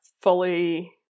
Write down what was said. fully